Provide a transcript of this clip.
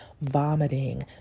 vomiting